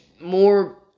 more